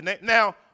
Now